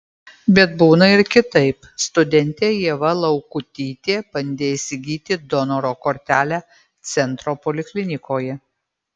bet būna ir kitaip studentė ieva laukutytė bandė įsigyti donoro kortelę centro poliklinikoje